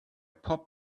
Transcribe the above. pop